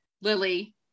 Lily